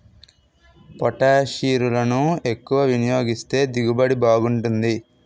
పొటాషిరులను ఎక్కువ వినియోగిస్తే దిగుబడి బాగుంటాది